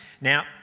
Now